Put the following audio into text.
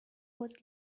got